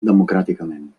democràticament